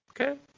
Okay